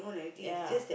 yeah